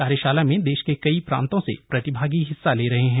कार्यशाला में देश के कई प्रान्तों से प्रतिभागी हिस्सा ले रहे हैं